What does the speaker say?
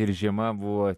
ir žiema buvo